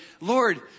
Lord